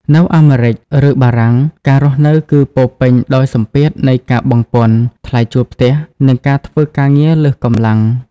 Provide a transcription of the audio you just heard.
នៅអាមេរិក ឬបារាំង ការរស់នៅគឺពោរពេញដោយសម្ពាធនៃការបង់ពន្ធ ថ្លៃជួលផ្ទះ និងការធ្វើការងារលើសកម្លាំង។